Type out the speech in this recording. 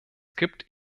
gibt